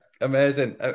Amazing